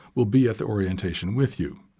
will be at the orientation with you.